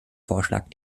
vorschlag